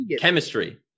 Chemistry